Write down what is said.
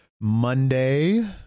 monday